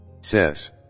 Says